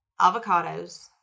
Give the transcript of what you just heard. avocados